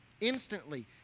Instantly